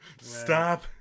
stop